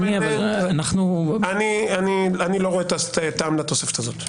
אני לא רואה טעם לתוספת הזו.